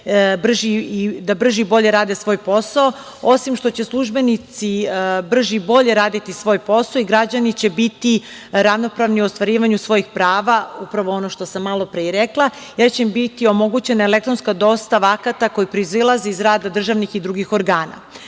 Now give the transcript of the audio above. da brže i bolje rade svoj posao. Osim što će službenici brže i bolje raditi svoj posao, i građani će biti ravnopravni u ostvarivanju svojih prava, upravo ono što sam malopre i rekla, jer će im biti omogućena elektronska dostava akata koji proizilaze iz rada državnih i drugih organa. Ovim